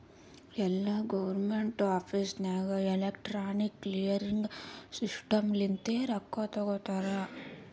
ಎಲ್ಲಾ government office ನಾಗ್ electronic clearing system ಲಿಂತೆ ರೊಕ್ಕಾ ತೊಗೋತಾರ